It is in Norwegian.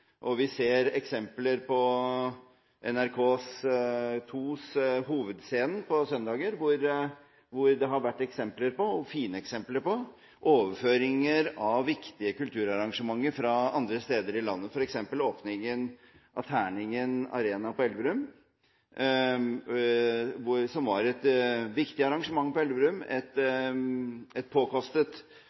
forestillinger. Vi ser eksempler på NRK2s Hovedscenen på søndager, hvor det har vært fine eksempler på overføringer av viktige kulturarrangementer fra andre steder i landet, f.eks. åpningen av Terningen Arena på Elverum, som var et viktig arrangement på Elverum, et påkostet arrangement med mye offentlige midler, men som ble gjort tilgjengelig for et